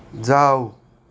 जाऊ